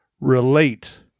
relate